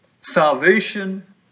Salvation